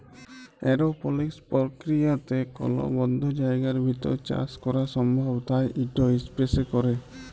এরওপলিক্স পর্কিরিয়াতে কল বদ্ধ জায়গার ভিতর চাষ ক্যরা সম্ভব তাই ইট ইসপেসে ক্যরে